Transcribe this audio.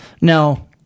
Now